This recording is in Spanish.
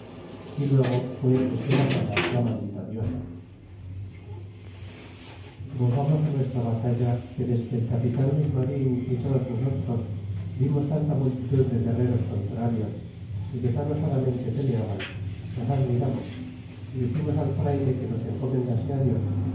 y luego fue despe dazada la maldita diosa volvamos á nuestra ba talla que desque el capitan luis marin y todos nosotros vimos tanta multitud de guerreros contrarios y que tan osadamente peleaban nos admiramos y diximos al frayle que nos encomendase dios